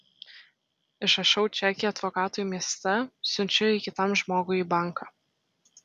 išrašau čekį advokatui mieste siunčiu jį kitam žmogui į banką